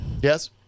Yes